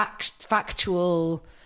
factual